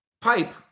pipe